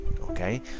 okay